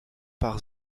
par